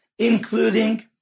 including